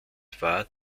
war